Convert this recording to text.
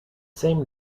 same